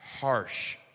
harsh